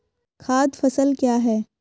खाद्य फसल क्या है?